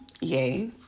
Yay